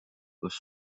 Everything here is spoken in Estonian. koos